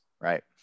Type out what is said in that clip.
right